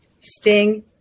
Sting